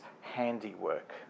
handiwork